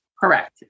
Correct